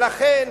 ולכן,